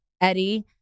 Eddie